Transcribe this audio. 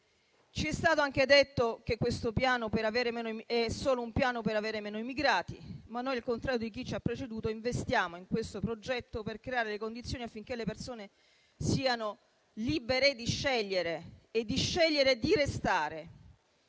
Ci è stato anche detto che questo Piano è volto solamente ad avere meno immigrati, ma noi, al contrario di chi ci ha preceduto, investiamo in questo progetto per creare le condizioni affinché le persone siano libere di scegliere e di scegliere di restare